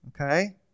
okay